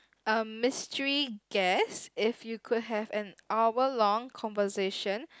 um mystery guess if you could have an hour long conversation